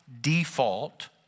default